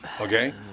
Okay